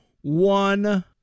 one